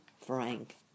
Frank